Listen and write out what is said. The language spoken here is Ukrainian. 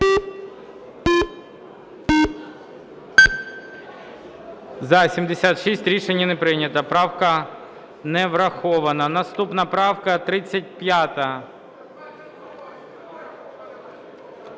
За-73 Рішення не прийнято. Правка не врахована. Наступна правка,